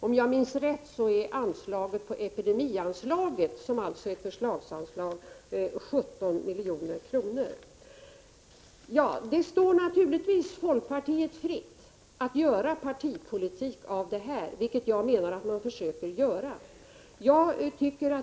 Om jag minns rätt är epidemianslaget, som alltså är ett förslagsanslag, 17 milj.kr. Det står naturligtvis folkpartiet fritt att göra partipolitik av detta, vilket jag menar att man försöker göra.